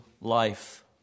life